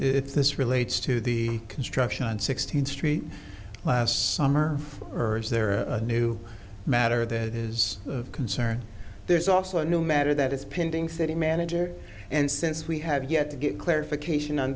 if this relates to the construction sixteenth street last summer urged their new matter that is of concern there's also a new matter that is pending city manager and since we have yet to get clarification on